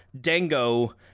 dango